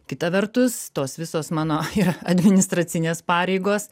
kita vertus tos visos mano ir administracinės pareigos